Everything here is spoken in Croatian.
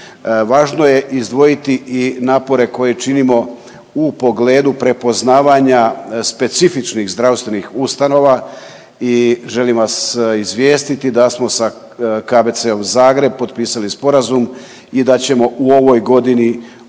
Važno je izdvojiti i napore koje činimo u pogledu prepoznavanja specifičnih zdravstvenih ustanova i želim vas izvijestiti da smo sa KBC-om Zagreb potpisali sporazum i da ćemo u ovoj godini